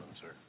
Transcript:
sir